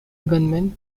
gunmen